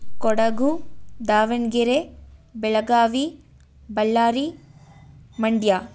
Kodagu Davanagere Belagavi Ballari Mandya